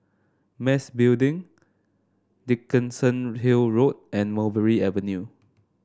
Mas Building Dickenson Hill Road and Mulberry Avenue